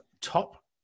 top